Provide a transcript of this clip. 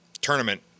tournament